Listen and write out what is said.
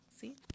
See